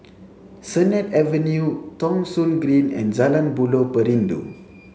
Sennett Avenue Thong Soon Green and Jalan Buloh Perindu